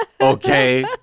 Okay